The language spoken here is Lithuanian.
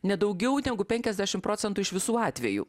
ne daugiau negu penkiasdešim procentų iš visų atvejų